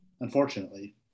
unfortunately